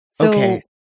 Okay